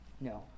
No